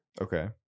Okay